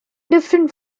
different